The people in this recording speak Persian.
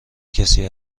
کسی